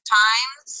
times